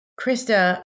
Krista